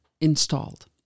installed